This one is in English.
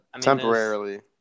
Temporarily